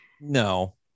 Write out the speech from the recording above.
no